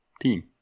team